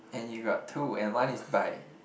and you got two and one is by